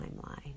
timeline